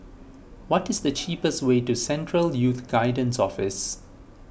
what is the cheapest way to Central Youth Guidance Office